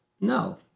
No